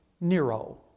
Nero